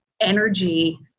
energy